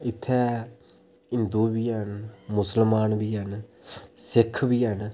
इत्थें हिंदु बी है'न मुसलमान बी है'न सिख बी है'न